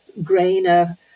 Grainer